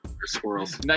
Squirrels